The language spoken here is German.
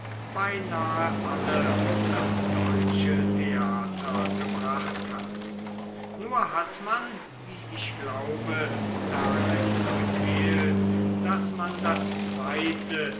beinahe alle auf das deutsche theater gebracht hat nur hat man wie ich glaube darin gefehlt daß man das zweite